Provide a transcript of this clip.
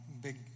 Big